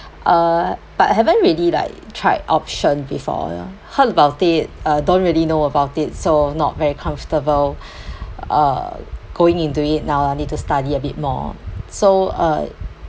uh but I haven't really like tried option before heard about it uh don't really know about it so not very comfortable uh going into it now I need to study a bit more so uh